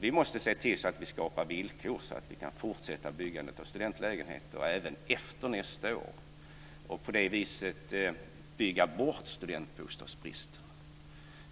Vi måste se till så att vi skapar villkor så att vi kan fortsätta byggandet av studentlägenheter även efter nästa år, och på det viset bygga bort studentbostadsbristen.